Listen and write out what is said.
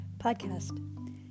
podcast